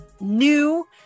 new